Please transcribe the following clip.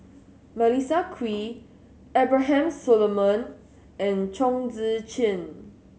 Melissa Kwee Abraham Solomon and Chong Tze Chien